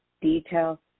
Detail